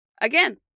Again